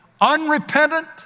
Unrepentant